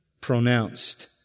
pronounced